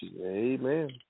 Amen